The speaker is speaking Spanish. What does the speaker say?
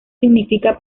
significa